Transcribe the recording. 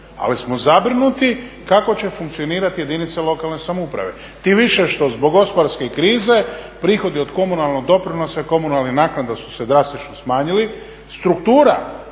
ali smo zabrinuti kako će funkcionirati jedinice lokalne samouprave. Tim više što zbog gospodarske krize prihodi od komunalnog doprinosa i komunalnih naknada su se drastično smanjili, struktura